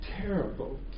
terrible